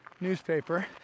newspaper